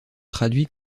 traduit